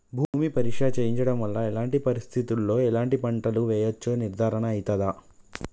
భూమి పరీక్ష చేయించడం వల్ల ఎలాంటి పరిస్థితిలో ఎలాంటి పంటలు వేయచ్చో నిర్ధారణ అయితదా?